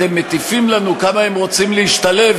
אתם מטיפים לנו כמה הם רוצים להשתלב,